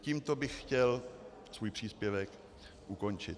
Tímto bych chtěl svůj příspěvek ukončit.